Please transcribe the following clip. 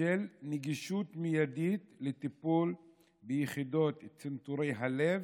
של נגישות מיידית לטיפול ביחידות צנתורי הלב,